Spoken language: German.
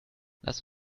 lass